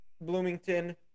Bloomington